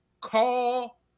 call